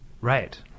Right